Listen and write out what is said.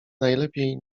najlepiej